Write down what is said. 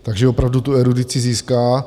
Takže opravdu tu erudici získá.